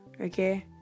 Okay